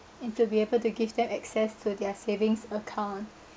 and to be able to give them access to their savings account